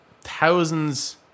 thousands